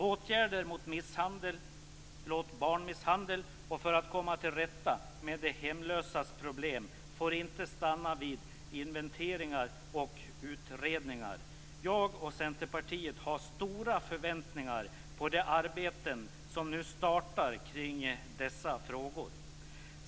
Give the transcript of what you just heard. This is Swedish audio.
Åtgärder mot barnmisshandel och för att komma till rätta med de hemlösas problem får inte stanna vid inventeringar och utredningar. Jag och Centerpartiet har stora förväntningar på de arbeten som nu startar kring dessa frågor.